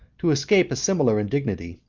to escape a similar indignity,